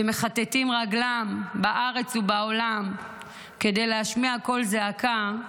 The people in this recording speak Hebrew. שמכתתים רגליהם בארץ ובעולם כדי להשמיע קול זעקה,